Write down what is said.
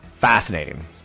Fascinating